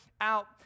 out